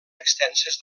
extenses